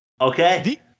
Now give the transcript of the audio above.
Okay